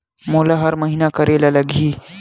मोला हर महीना करे ल लगही?